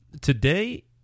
today